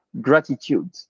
gratitude